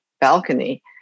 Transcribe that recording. balcony